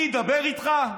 אני אדבר איתך?